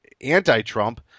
anti-Trump